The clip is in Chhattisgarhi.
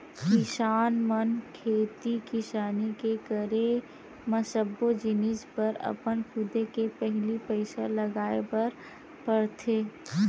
किसान मन खेती किसानी के करे म सब्बो जिनिस बर अपन खुदे ले पहिली पइसा लगाय बर परथे